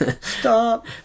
Stop